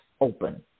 open